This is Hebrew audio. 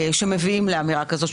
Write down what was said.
שמביא לאמירה כזאת.